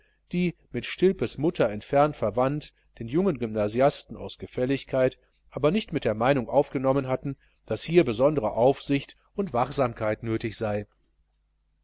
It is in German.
die mit stilpes mutter entfernt verwandt den jungen gymnasiasten aus gefälligkeit aber nicht mit der meinung aufgenommen hatten daß hier besondere aufsicht und wachsamkeit nötig sei